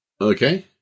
Okay